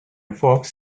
fox